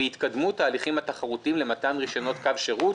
בהתקדמות ההליכים התחרותיים למתן רישיונות קו שירות